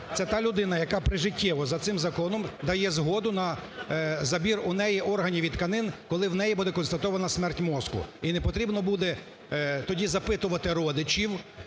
Це та людина, якаприжиттєво за цим законом дає згоду на забір у неї органів і тканин, коли в неї буде констатована смерть мозку і не потрібно буде тоді запитувати родичів